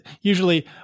usually